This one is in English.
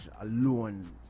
alone